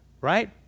Right